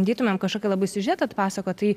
bandytumėm kažkokį labai siužetą atpasakot tai